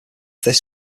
this